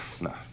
no